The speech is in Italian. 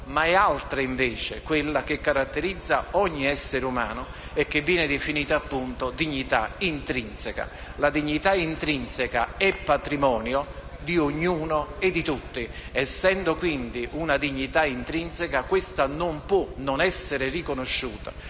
Ma è altra quella che caratterizza ogni essere umano e viene definita dignità intrinseca. Quest'ultima è patrimonio di ognuno e di tutti. Essendo, quindi, una dignità intrinseca, non può non essere riconosciuta;